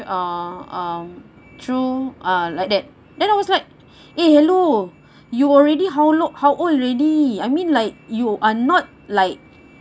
um um true ah like that then I was like eh hello you already how long how old already I mean like you are not like